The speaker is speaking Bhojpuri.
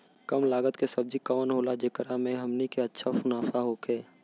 कम लागत के सब्जी कवन होला जेकरा में हमनी के अच्छा मुनाफा होखे?